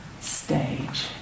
stage